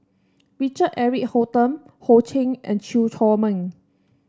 Richard Eric Holttum Ho Ching and Chew Chor Meng